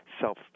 self